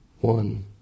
one